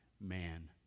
man